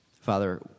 Father